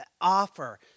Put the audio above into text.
offer